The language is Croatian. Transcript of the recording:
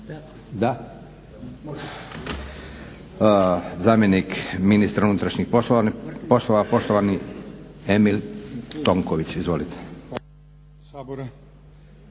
Da. Zamjenik ministra unutrašnjih poslova poštovani Evelin Tonković.